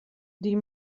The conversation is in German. die